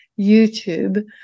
YouTube